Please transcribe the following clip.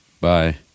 Bye